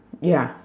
ya